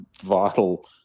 vital